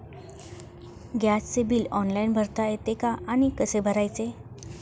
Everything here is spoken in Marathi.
गॅसचे बिल ऑनलाइन भरता येते का आणि कसे भरायचे?